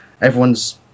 Everyone's